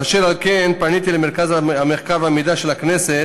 אשר על כן, פניתי למרכז המחקר והמידע של הכנסת